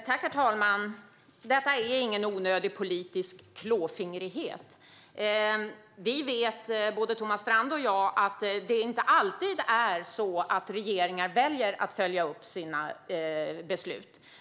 Herr talman! Detta är ingen onödig politisk klåfingrighet. Både Thomas Strand och jag vet att regeringar inte alltid väljer att följa upp sina beslut.